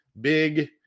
big